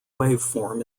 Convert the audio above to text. waveform